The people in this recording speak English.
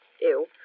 Ew